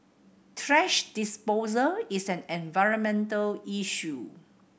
thrash disposal is an environmental issue